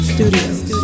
Studios